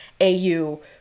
au